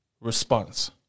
response